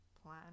Plan